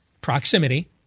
proximity